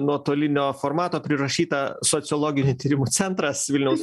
nuotolinio formato prirašyta sociologinių tyrimų centras vilniaus